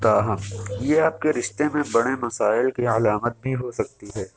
تا ہم یہ آپ کے رشتے میں بڑے مسائل کی علامت بھی ہو سکتی ہے